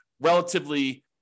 relatively